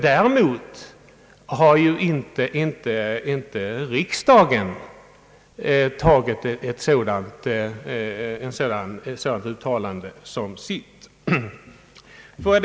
Däremot har riksdagen inte antagit något sådant uttalande som sitt.